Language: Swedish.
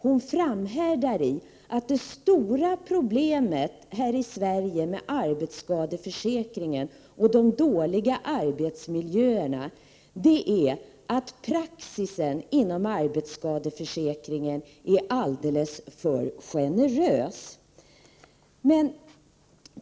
Hon framhärdar i att det stora problemet med arbetsskadeförsäkringen och de dåliga arbetsmiljöerna här i Sverige är att praxis inom arbetsskadeförsäkringen är alldeles för generös.